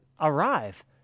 arrive